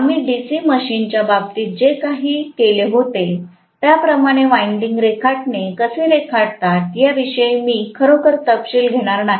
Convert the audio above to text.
आम्ही डीसी मशीनच्या बाबतीत जे केले होते त्याप्रमाणे वाइंडिंग रेखाटणे कसे रेखाटतात याविषयी मी खरोखर तपशील घेणार नाही